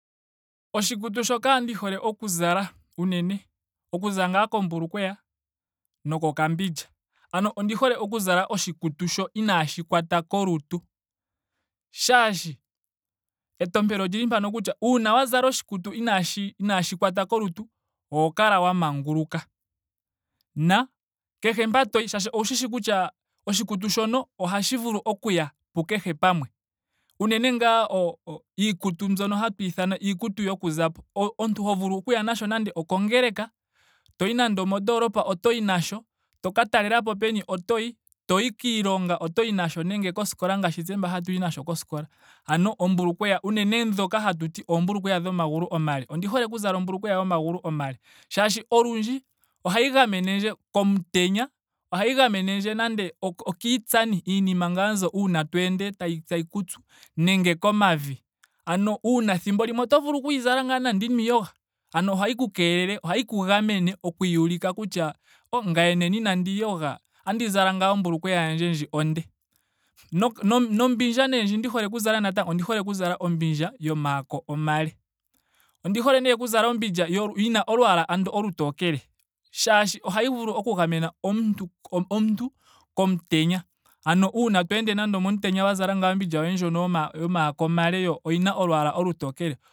Oshikutu shoka ndi hole oku zala unene. okuza ngaa kombulukweya nokokambindja. Ano ondi hole okuza oshikutu sho inaashi kwata kolutu. Shashi etompelo olili mpano kutya uuna wa zala oshikukutu inaashi inaashi kwata kolutu oho kala wa manguluka. na kehe mpa toyi. owushi shi kutya oshikutu shoye ohashi vulu okuya kukehe pamwe. Unene ngaa iikukutu mbyono hatu ithana kutya iikutu yoku zapo. omu- omuntu go vulu okuya nasho nando okongeleka. toyi nando omondoolopa otoyi nasha. toka talelapo peni otoyi. toyi kiilonga otoyi nasho nenge koskola ngaashi tse mba hatauyi nasho koskola. Ombulukweya. unene dhoka hatuti oombulukweya dhomagulu omale. odhi hole okuzala ombulukweya yomagulu omale. shaashi olundji ohayi gamenendje komutenya. ohayi gamenendje nando okiitsani. iinima ngaa mbyo uuna to ende tay- tayi ku tsu nenge komavi. Ano uuna thimbo limwe oto vulu okuyi zala ngaa nande ino iyoga. ano ohayi ku keelela ohayi ku gamene kokuulika kutya aye ngame nena inandiiyoga otandi zala ngaa ombulukweya yandje ndji onde. Noka no nombindja nee ndji ndi hole okuza natango. ondi hole oku zala ombindja yomaako omale. Ondi hole nee okuza ombindja yo- yina olwaala ano olutokele shaashi ohayi vulu oku gamena omuntu omuntu komutenya. Ano uuna to ende nando omomutenya wa zala ngaa ombindja yoye ndjono yo- yomaako omale yo oyina olwaala olutokele